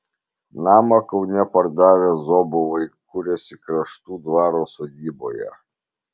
namą kaune pardavę zobovai kuriasi kraštų dvaro sodyboje